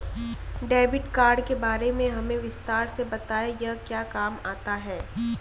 Debit card के बारे में हमें विस्तार से बताएं यह क्या काम आता है?